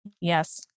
Yes